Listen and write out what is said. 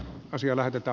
asia lähetettä